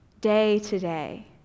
day-to-day